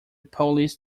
police